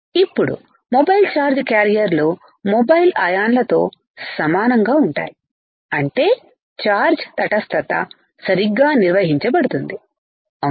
ఇప్పుడు mobile charge క్యారియర్లు mobile అయాన్లతో సమానంగా ఉంటాయి అంటే ఛార్జ్ తటస్థత సరిగ్గా నిర్వహించబడుతుంది అవునా